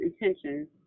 intentions